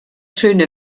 schöne